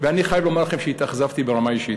ואני חייב לומר לכם שהתאכזבתי ברמה אישית.